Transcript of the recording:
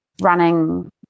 running